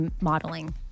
modeling